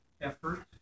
effort